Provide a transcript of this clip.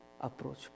approach